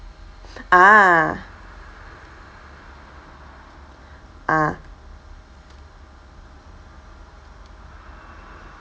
ah ah